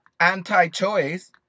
Anti-choice